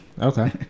okay